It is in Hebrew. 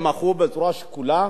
הם מחו בצורה שקולה,